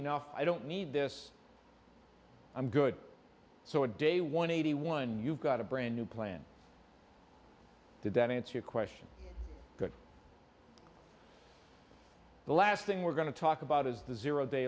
enough i don't need this i'm good so a day one eighty one you've got a brand new plan did that answer your question good the last thing we're going to talk about is the zero